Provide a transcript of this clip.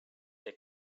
they